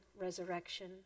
resurrection